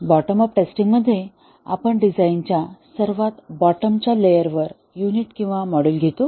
bottom up टेस्टिंगमध्ये आपण डिझाइनच्या सर्वात बॉटमच्या लेयरवर युनिट किंवा मॉड्यूल घेतो